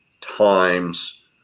times